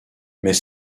mais